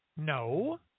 no